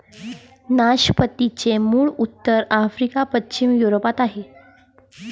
नाशपातीचे मूळ उत्तर आफ्रिका, पश्चिम युरोप आहे